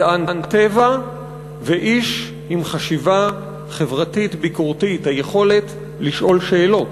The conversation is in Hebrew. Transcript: מדען טבע ואיש עם חשיבה חברתית ביקורתית: היכולת לשאול שאלות,